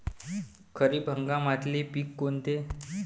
खरीप हंगामातले पिकं कोनते?